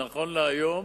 נכון להיום,